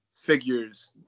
figures